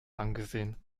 angesehen